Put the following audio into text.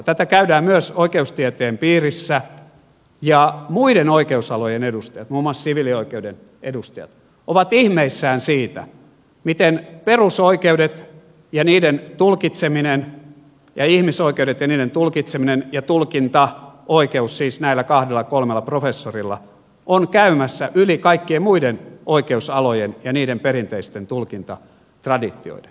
tätä käydään myös oikeustieteen piirissä ja muiden oikeusalojen edustajat muun muassa siviilioikeuden edustajat ovat ihmeissään siitä miten perusoikeudet ja niiden tulkitseminen ja ihmisoikeudet ja niiden tulkitseminen ja tulkintaoikeus siis näillä kahdella kolmella professorilla ovat käymässä yli kaikkien muiden oikeusalojen ja niiden perinteisten tulkintatraditioiden